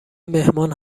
مهمان